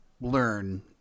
learn